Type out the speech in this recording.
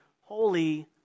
holy